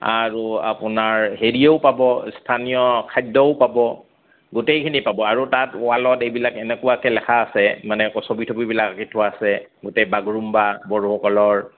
আৰু আপোনাৰ হেৰিও পাব স্থানীয় খাদ্যও পাব গোটেইখিনি পাব আৰু তাত ৱালত এইবিলাক এনেকুৱাকৈ লিখা আছে মানে ছবি তবিবিলাক আঁকি থোৱা আছে গোটেই বাগৰুম্বা বড়োসকলৰ